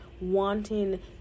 wanting